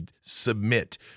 submit